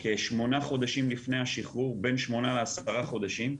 כשמונה חודשים לפני השחרור בין 8-10 חודשים.